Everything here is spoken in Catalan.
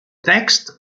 text